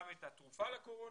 גם את התרופה לקורונה